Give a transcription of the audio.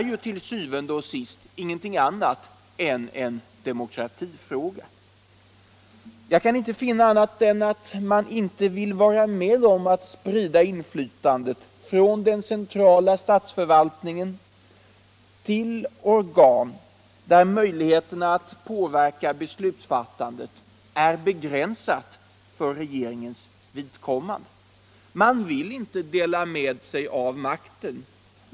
Jag kan inte finna annat än att man inte vill vara med om att sprida inflytandet från den centrala statsförvaltningen till organ där möjligheterna att påverka beslutsfattandet är begränsade för regeringen. Man vill inte dela med sig av makten.